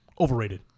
overrated